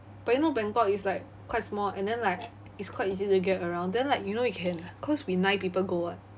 but you know bangkok is like quite small and then like it's quite easy to get around then like you know you can cause we nine people go [what]